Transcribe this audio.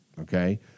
okay